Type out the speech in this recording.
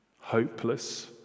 Hopeless